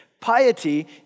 Piety